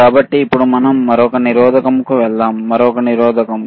కాబట్టి ఇప్పుడు మనం మరొక నిరోధకంకు వెళ్దాం మరొక నిరోధకం